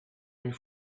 une